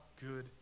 good